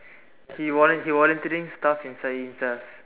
he volun~ he volunteering stuff inside himself